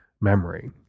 memory